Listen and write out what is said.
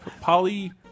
Polly